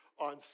on